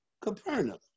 Capernaum